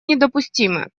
недопустимы